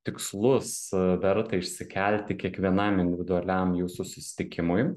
tikslus verta išsikelti kiekvienam individualiam jūsų susitikimui